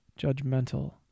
judgmental